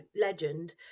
legend